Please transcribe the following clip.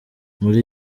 muri